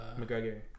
McGregor